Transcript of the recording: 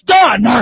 done